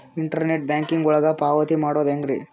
Internet banking ಒಳಗ ಪಾವತಿ ಮಾಡೋದು ಹೆಂಗ್ರಿ?